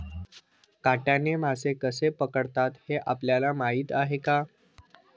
काट्याने मासे कसे पकडतात हे आपल्याला माहीत आहे का?